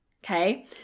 Okay